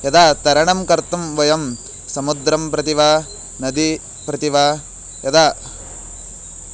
यदा तरणं कर्तुं वयं समुद्रं प्रति वा नदीं प्रति वा यदा